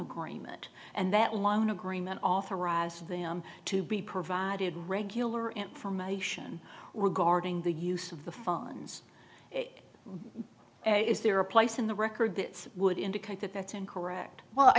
agreement and that long agreement authorized them to be provided regular information were guarding the use of the phones is there a place in the record that would indicate that that's incorrect well i